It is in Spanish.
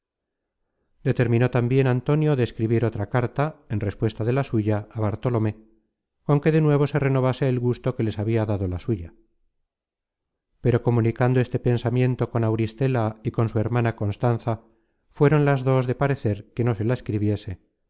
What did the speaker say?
determinó tambien antonio de escribir otra carta en respuesta de la suya á bartolomé con que de nuevo se renovase el gusto que les habia dado la suya pero comunicando este pensamiento con auristela y con su hermana constanza fueron las dos de parecer que no se la escribiese